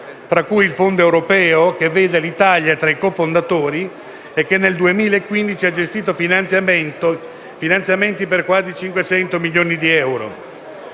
fra cui il Fondo europeo, che vede l'Italia fra i cofondatori, e che nel 2015 ha gestito finanziamenti per quasi 500 milioni di euro.